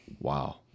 wow